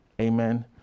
Amen